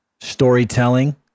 storytelling